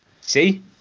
See